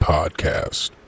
Podcast